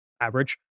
average